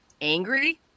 angry